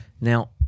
Now